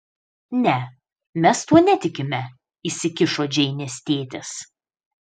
ne mes tuo netikime įsikišo džeinės tėtis